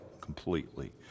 completely